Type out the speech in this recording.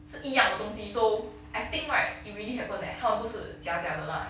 是一样的东西 so I think right it really happen leh 他们不是假假的 lah